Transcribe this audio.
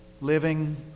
living